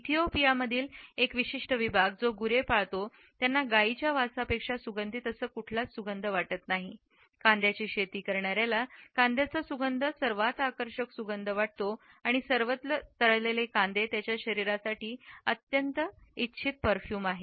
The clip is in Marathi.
इथिओपियामधील एक विशिष्ट विभाग जो गुरे पाळतो त्यांना गायींचा वासपेक्षा सुगंधित कोणतीही सुगंध नाही कांद्याची शेती करणाऱ्याला कांद्याची सुगंध ही सर्वात आकर्षक सुगंध आहे आणि सर्वत्र तळलेले कांदे त्यांच्या शरीरासाठी अत्यंत इच्छित परफ्यूम आहे